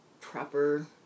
proper